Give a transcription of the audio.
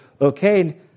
okay